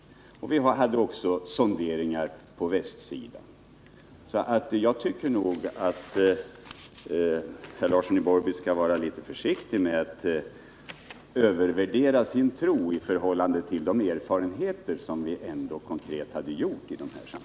Vi gjorde också sonderingar på västsidan. Jag tycker nog att Einar Larsson i Borrby skall vara litet försiktig med att övervärdera sin tro i förhållande till de erfarenheter vi ändå konkret har gjort i dessa sammanhang.